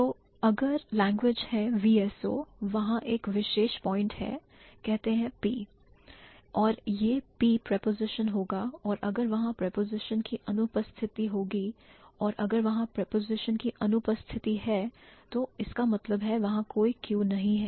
तो अगर लैंग्वेज है VSO वहां एक विशेष पॉइंट है कहते हैं P और यह P preposition होगा और अगर वहां preposition की अनुपस्थिति होगी और अगर वहां preposition की अनुपस्थिति है तो इसका मतलब है वहां कोई Q नहीं है